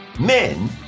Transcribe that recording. men